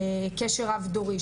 קשר רב דורי,